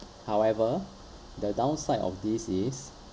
however the downside of this is